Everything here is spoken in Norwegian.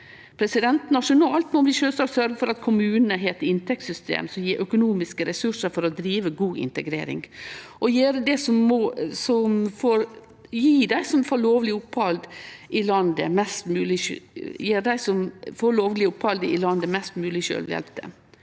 Nasjonalt må vi sjølvsagt sørgje for at kommunane har eit inntektssystem som gjev økonomiske resursar for å drive god integrering og gjere dei som får lovleg opphald i landet, mest mogleg sjølvhjelpte.